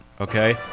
okay